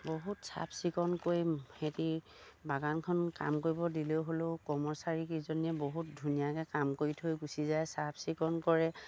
বহুত চাফ চিকুণকৈ খেতি বাগানখন কাম কৰিব দিলেও হ'লেও কৰ্মচাৰীকেইজনীয়ে বহুত ধুনীয়াকে কাম কৰি থৈ গুচি যায় চাফ চিকুণ কৰে